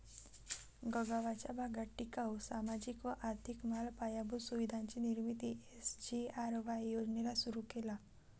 गगावाचा भागात टिकाऊ, सामाजिक व आर्थिक माल व पायाभूत सुविधांची निर्मिती एस.जी.आर.वाय योजनेला सुरु केला